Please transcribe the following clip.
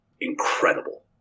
incredible